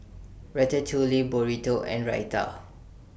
Ratatouille Burrito and Raita